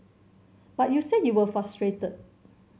but you said you were frustrated